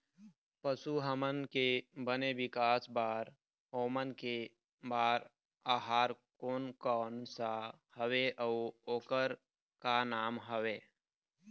पशु हमन के बने विकास बार ओमन के बार आहार कोन कौन सा हवे अऊ ओकर का नाम हवे?